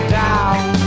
down